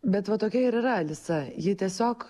bet va tokia ir yra alisa ji tiesiog